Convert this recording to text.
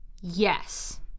Yes